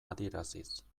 adieraziz